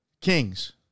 Kings